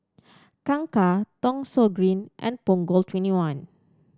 Kangkar Thong Soon Green and Punggol Twenty one